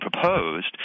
proposed